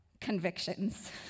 convictions